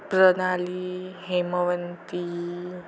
Pranali Hemwanti